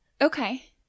Okay